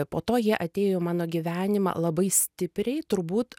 po to jie atėjo į mano gyvenimą labai stipriai turbūt